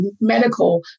medical